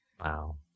Wow